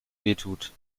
wehtut